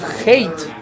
hate